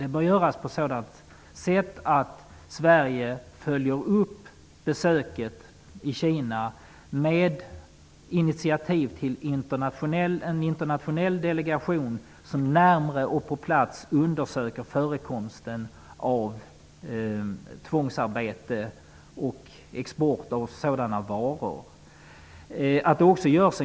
Det bör göras så att Sverige följer upp besöket i Kina med initiativ till en internationell delegation, som närmare och på plats skall undersöka förekomsten av tvångsarbete och export av varor producerade genom tvångsarbete.